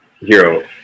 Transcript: Hero